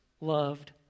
loved